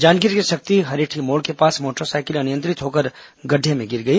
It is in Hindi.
जांजगीर के सक्ती हरेठी मोड़ के पास मोटरसाइकिल अनियंत्रित होकर गड्डे में गिर गई